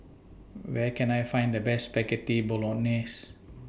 Where Can I Find The Best Spaghetti Bolognese